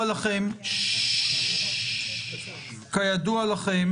טוב, כידוע לכם